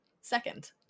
second